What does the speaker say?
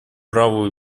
праву